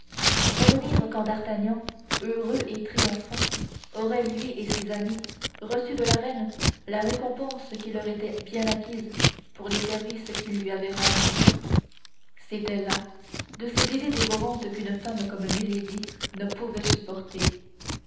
revenir quand d'artagnan heureux et triomphant aurait lui et ses amis reçu de la reine la récompense qui leur était bien acquise pour les services qu'ils lui avaient rendus c'étaient là de ces idées dévorantes qu'une femme comme milady ne pouvait supporter